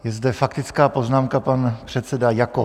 Je zde faktická poznámka, pan předseda Jakob.